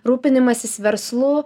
rūpinimasis verslu